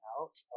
out